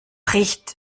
riecht